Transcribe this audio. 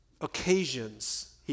occasions